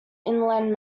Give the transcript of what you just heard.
inland